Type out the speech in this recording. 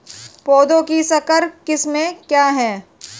पौधों की संकर किस्में क्या हैं?